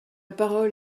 parole